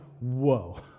whoa